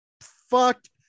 fucked